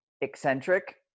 eccentric